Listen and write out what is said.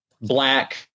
black